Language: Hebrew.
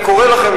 אני קורא לכם,